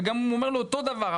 וגם אומר לו אותו דבר,